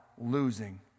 losing